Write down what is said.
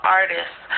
artists